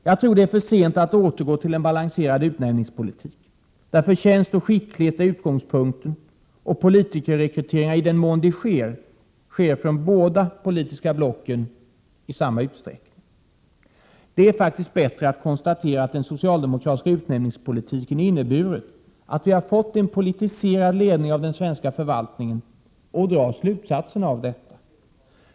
Jag tror att det är för sent att återgå till en balanserad utnämningspolitik, där förtjänst och skicklighet är utgångspunkten och där, i den mån det sker, politikerrekryteringar sker från båda de politiska blocken i samma utsträckning. Det är faktiskt bättre att konstatera att den socialdemokratiska utnämningspolitiken inneburit att vi fått en politiserad ledning av den svenska förvaltningen och dra slutsatserna därav.